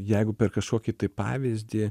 jeigu per kažkokį tai pavyzdį